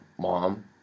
mom